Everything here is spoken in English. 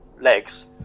legs